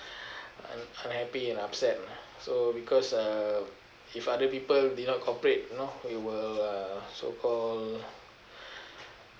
un~ unhappy and upset lah so because uh if other people did not cooperate you know we will uh so called